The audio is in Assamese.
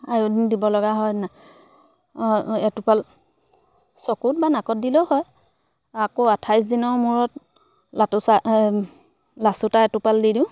আয়ডিন দিব লগা হয় না এটোপাল চকুত বা নাকত দিলেও হয় আকৌ আঠাইছ দিনৰ মূৰত লাটোচা লাচুটা এটোপাল দি দিওঁ